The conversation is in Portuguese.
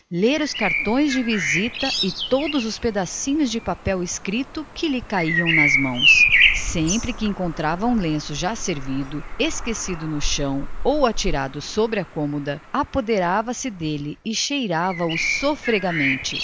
os cartões de visita e todos os pedacinhos de papel escrito que lhe caíam nas mãos sempre que encontrava um lenço já servido no chão ou atirado sobre a cômoda apoderava-se dele e cheirava o sofregamente